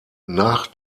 nach